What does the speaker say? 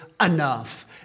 enough